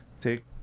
take